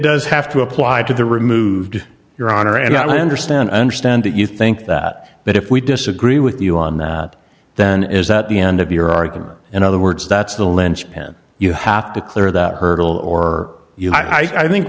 does have to apply to the removed your honor and i understand understand that you think that but if we disagree with you on that then is that the end of your argument in other words that's the lens pen you have to clear that hurdle or you i think